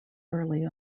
early